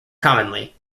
commonly